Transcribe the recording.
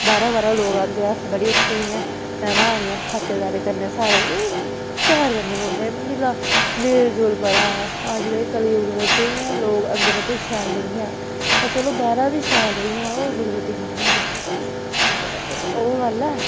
बाहरा बाहरा लोक आंदे बड़ी अच्छी इ'यां मैहमान जन खातरदारी करने सारें ई प्यार कन्नै रौहने मेल जोल बड़ा इ'यां इस कलयुग बिच लोग अंदरा दा शैल नेईं हैन पर चलो बाहरा बी शैल नेईं हैन पर फॉर्मेलिटी होंदी ओह् गल्ल ऐ